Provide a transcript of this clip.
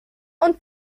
und